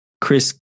Chris